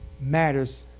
matters